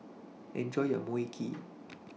Enjoy your Mui Kee